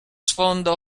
sfondo